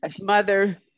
mother